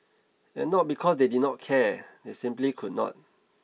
and not because they did not care they simply could not